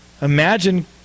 Imagine